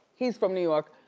he's from new york.